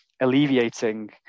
alleviating